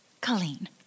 Colleen